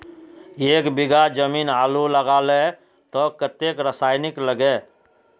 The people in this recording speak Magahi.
एक बीघा जमीन आलू लगाले तो कतेक रासायनिक लगे?